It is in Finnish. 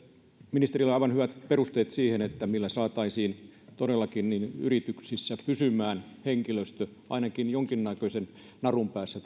ministerillä on aivan hyvät perusteet siihen millä todellakin yrityksissä saataisiin pysymään henkilöstö ainakin jonkinnäköisen narun päässä